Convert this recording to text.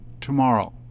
tomorrow